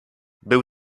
był